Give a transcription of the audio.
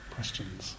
Questions